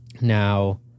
now